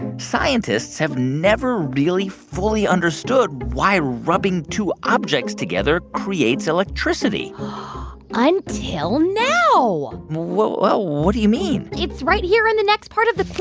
scientists have never really fully understood why rubbing two objects together creates electricity until now what ah what do you mean? it's right here in the next part of the